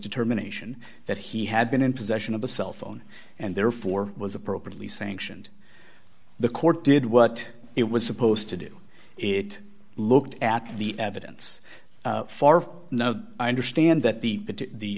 determination that he had been in possession of a cell phone and therefore was appropriately sanctioned the court did what it was supposed to do it looked at the evidence no i understand that the the